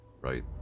right